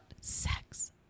sex